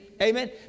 Amen